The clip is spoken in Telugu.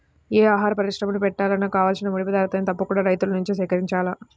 యే ఆహార పరిశ్రమని బెట్టాలన్నా కావాల్సిన ముడి పదార్థాల్ని తప్పకుండా రైతుల నుంచే సేకరించాల